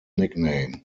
nickname